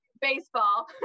baseball